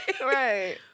right